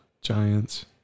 Giants